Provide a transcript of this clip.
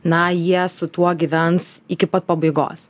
na jie su tuo gyvens iki pat pabaigos